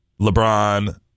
LeBron